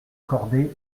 corday